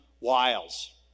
wiles